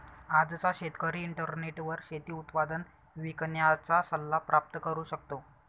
आजचा शेतकरी इंटरनेटवर शेती उत्पादन विकण्याचा सल्ला प्राप्त करू शकतो